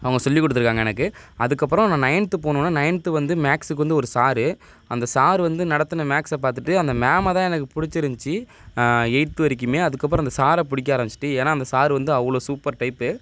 அவங்க சொல்லிக் கொடுத்துருக்காங்க எனக்கு அதுக்கப்புறோம் நான் நைன்த்து போனொன்னே நைன்த்து வந்து மேக்ஸுக்கு வந்து ஒரு சாரு அந்த சாரு வந்து நடத்தின மேக்ஸை பார்த்துட்டு அந்த மேம் தான் எனக்கு பிடிச்சி இருந்துச்சு எயித்து வரைக்குமே அதுக்கப்புறோம் அந்த சாரை பிடிக்க ஆரமிசிட்டு ஏன்னா அந்த சாரு வந்து அவ்வளோ சூப்பர் டைப்பு